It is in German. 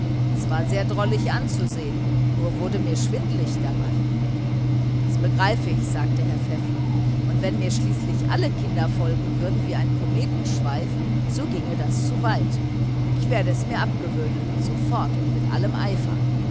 es war sehr drollig anzusehen nur wurde mir schwindelig dabei das begreife ich sagte herr pfäffling und wenn mir schließlich alle kinder folgen würden wie ein kometenschweif so ginge das zu weit ich werde es mir abgewöhnen sofort und mit aller energie